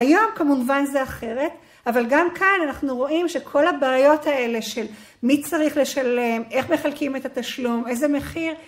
היום כמובן זה אחרת, אבל גם כאן אנחנו רואים שכל הבעיות האלה של מי צריך לשלם, איך מחלקים את התשלום, איזה מחיר